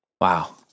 Wow